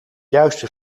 juiste